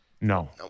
No